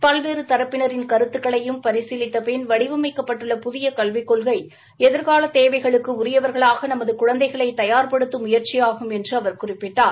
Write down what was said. பல்வேறு தரப்பினின் கருத்துக்களையும் பரிசீலித்தபின் வடிவமைக்கப்பட்டுள்ள புதிய கல்விக் கொள்கை எதிர்கால தேவைகளுக்கு உரியவர்களாக நமது குழந்தைகளை தயார்படுத்தும் முயற்சியாகும் என்று அவர் குறிப்பிட்டார்